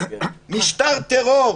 משטר טרור.